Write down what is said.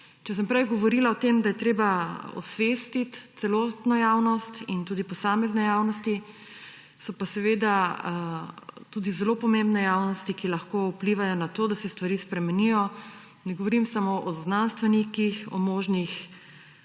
Če sem prej govorila o tem, da je treba osvestiti celotno javnost in tudi posamezne javnosti, so pa seveda tudi zelo pomembne javnosti, ki lahko vplivajo na to, da se stvari spremenijo. Ne govorim samo o znanstvenikih, morda